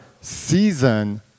season